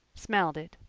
smelled it.